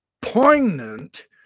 poignant